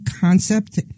concept